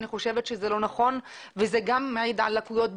אני חושבת שזה לא נכון וזה גם מעיד על לקויות בהתנהלות,